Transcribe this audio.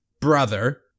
brother